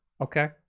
okay